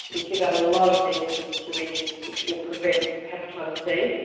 we give out a lot of needles and syringes which will prevent hepatitis c.